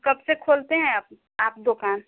कब से खोलते है आप आप दुकान